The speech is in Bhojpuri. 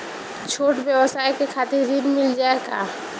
छोट ब्योसाय के खातिर ऋण मिल जाए का?